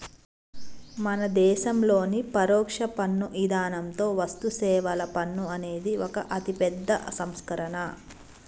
మన దేసంలోని పరొక్ష పన్ను ఇధానంతో వస్తుసేవల పన్ను అనేది ఒక అతిపెద్ద సంస్కరణ